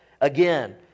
again